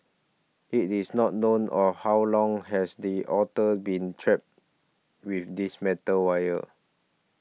it is not known or how long has the otter been trapped with this metal wire